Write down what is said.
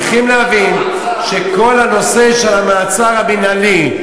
צריכים להבין שכל הנושא של המעצר המינהלי,